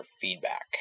Feedback